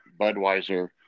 Budweiser